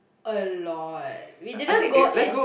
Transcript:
a lot we didn't go as